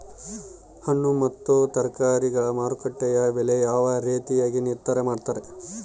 ಹಣ್ಣು ಮತ್ತು ತರಕಾರಿಗಳ ಮಾರುಕಟ್ಟೆಯ ಬೆಲೆ ಯಾವ ರೇತಿಯಾಗಿ ನಿರ್ಧಾರ ಮಾಡ್ತಿರಾ?